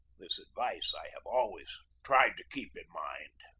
this advice i have always tried to keep in mind.